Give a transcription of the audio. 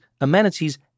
amenities